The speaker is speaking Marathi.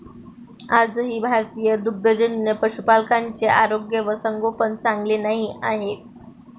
आजही भारतीय दुग्धजन्य पशुपालकांचे आरोग्य व संगोपन चांगले नाही आहे